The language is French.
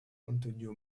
antonio